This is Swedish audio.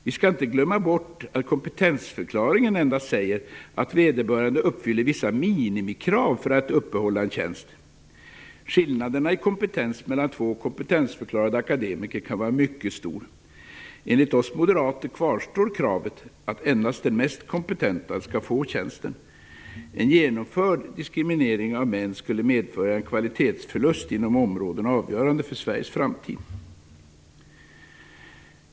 Vi skall inte glömma bort att kompetensförklaringen endast säger att vederbörande uppfyller vissa minimikrav för att uppehålla en tjänst. Skillnaderna i kompetens mellan två kompetensförklarade akademiker kan vara mycket stor. Enligt oss moderater kvarstår kravet att endast den mest kompetenta skall få tjänsten. En genomförd diskriminering av män skulle medföra en kvalitetsförlust inom områden som är avgörande för Sveriges framtid.